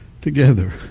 together